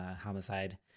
homicide